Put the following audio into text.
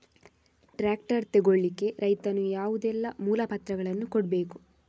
Tractor ತೆಗೊಳ್ಳಿಕೆ ರೈತನು ಯಾವುದೆಲ್ಲ ಮೂಲಪತ್ರಗಳನ್ನು ಕೊಡ್ಬೇಕು?